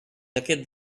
aquest